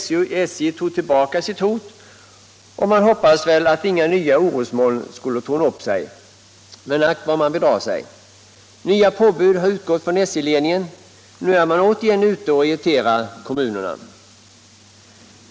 SJ tog tillbaka sitt hot, och man hoppades väl att inga nya orosmoln skulle torna upp sig. Men ack vad man bedrog sig! Nya påbud har utgått från SJ-ledningen — nu är man återigen ute och irriterar kommunerna.